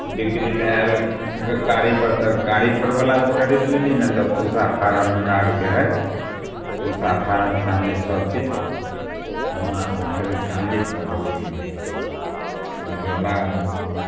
बिक्रीलए आएल गाड़ीपर तऽ गाड़ीपरवलासँ खरिद लेली नहि तऽ पूसा फारम हमरा आरके हइ पूसा फारमसँ अनली सब पेड़ तऽ हुआँसँ खरिदकऽ अनली तऽ रोपली ओहिके बाद